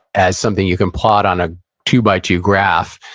as something you can plot on a two by two graph,